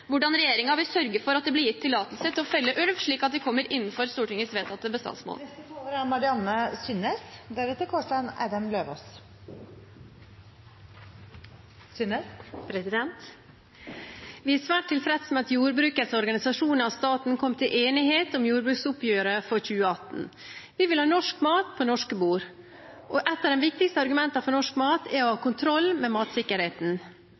hvordan regjeringen vil sørge for at det blir gitt tillatelse til å felle ulv, slik at vi kommer innenfor Stortingets vedtatte bestandsmål. Vi er svært tilfreds med at jordbrukets organisasjoner og staten kom til enighet om jordbruksoppgjøret for 2018. Vi vil ha norsk mat på norske bord, og et av de viktigste argumentene for norsk mat er å ha kontroll med matsikkerheten.